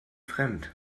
fremd